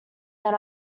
than